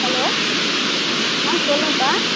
hello ஆ சொல்லுங்கள்ப்பா